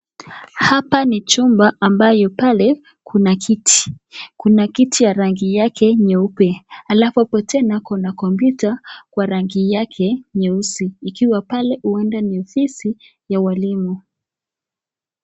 Hapa ni chumba ambayo pale kuna kiti. Kuna kiti ya rangi yake nyeupe. Alafu hapo tena kuna kompyuta kwa rangi yake nyeusi, ikiwa pale huenda ni ofisi ya walimu.